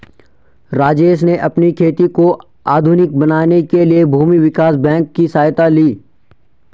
राजेश ने अपनी खेती को आधुनिक बनाने के लिए भूमि विकास बैंक की सहायता ली